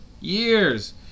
years